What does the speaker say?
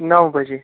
نو بجے